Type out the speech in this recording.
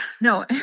no